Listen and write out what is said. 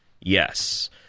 yes